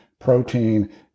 protein